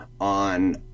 on